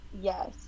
yes